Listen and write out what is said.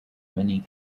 many